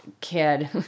kid